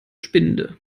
spinde